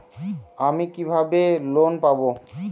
আমি কিভাবে লোন পাব?